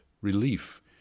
relief